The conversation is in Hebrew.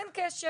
אין קשר'